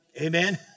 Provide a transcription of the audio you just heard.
Amen